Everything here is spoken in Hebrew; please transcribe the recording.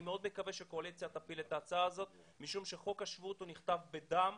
מאוד מקווה שהקואליציה תפיל את ההצעה הזאת משום שחוק השבות נכתב בדם